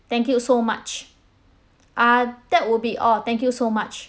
thank you so much uh that would be all thank you so much